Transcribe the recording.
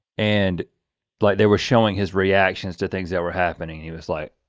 and like they were showing his reactions to things that were happening and he was like.